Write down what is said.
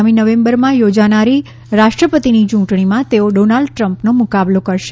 આગામી નવેમ્બરમાં યોજાનારી રાષ્ટ્રપતિની ચૂંટણીમાં તેઓ ડોનાલ્ડ ટ્રમ્પનો મુકાબલો કરશે